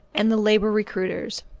and the labour recruiters.